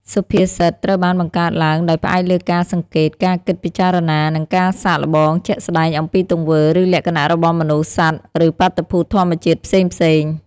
សុភាសិត ត្រូវបានបង្កើតឡើងដោយផ្អែកលើការសង្កេត ការគិតពិចារណា និងការសាកល្បងជាក់ស្ដែងអំពីទង្វើ ឬលក្ខណៈរបស់មនុស្ស សត្វ ឬបាតុភូតធម្មជាតិផ្សេងៗ។